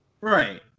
right